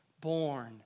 born